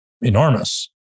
enormous